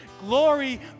glory